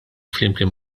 flimkien